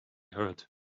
heard